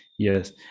Yes